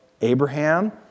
Abraham